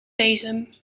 bezem